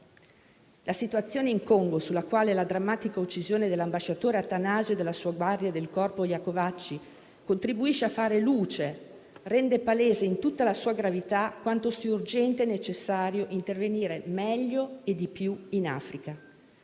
La situazione in Congo, sulla quale la drammatica uccisione dell'ambasciatore Attanasio e della sua guardia del corpo Iacovacci contribuisce a fare luce, rende palese in tutta la sua gravità quanto sia urgente e necessario intervenire meglio e di più in Africa.